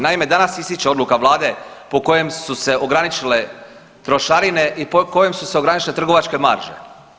Naime, danas ističe odluka vlade po kojem su se ograničile trošarine i kojim su se ograničile trgovačke marže.